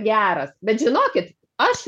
geras bet žinokit aš